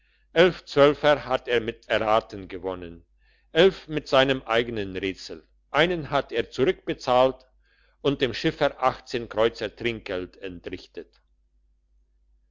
elf zwölfer hat er mit erraten gewonnen elf mit seinem eigenen rätsel einen hat er zurückbezahlt und dem schiffer achtzehn kreuzer trinkgeld entrichtet